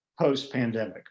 Post-pandemic